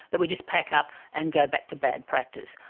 that we just pack up and go back to bad practice.